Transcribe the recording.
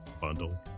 Bundle